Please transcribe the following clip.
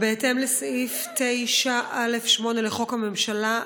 בהתאם לסעיף 9(א)(8) לחוק הממשלה,